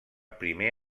primer